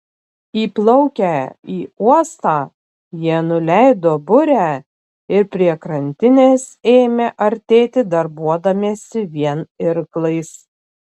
įplaukę į uostą jie nuleido burę ir prie krantinės ėmė artėti darbuodamiesi vien irklais